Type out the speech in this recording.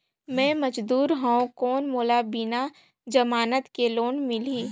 मे मजदूर हवं कौन मोला बिना जमानत के लोन मिलही?